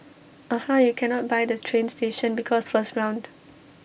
aha you cannot buy the train station because first round